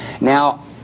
Now